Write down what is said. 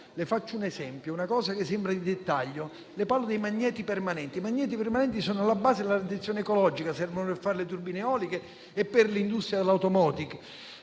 Le faccio un esempio, una cosa che sembra di dettaglio; le parlo dei magneti permanenti. I magneti permanenti sono alla base della transizione ecologica: servono per fare le turbine eoliche e per l'industria dell'*automotive*.